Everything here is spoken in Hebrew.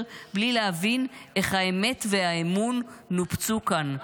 בלי להבין איך האמת והאמון נופצו כאן,